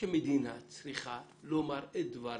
שמדינה צריכה לומר את דברה,